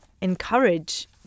encourage